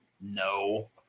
No